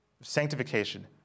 sanctification